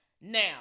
Now